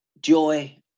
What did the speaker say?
joy